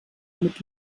mit